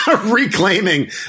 Reclaiming